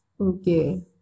Okay